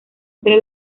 entre